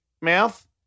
mouth